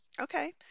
Okay